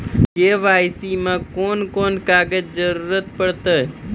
KYC मे कून कून कागजक जरूरत परतै?